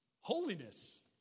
holiness